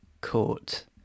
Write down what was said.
court